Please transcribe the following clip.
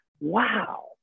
wow